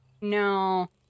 No